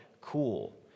cool